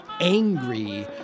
angry